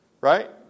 right